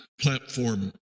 platform